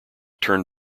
turn